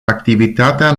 activitatea